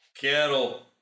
Cattle